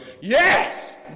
yes